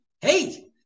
Hey